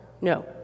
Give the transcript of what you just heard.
no